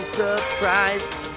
surprised